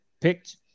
picked